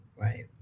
right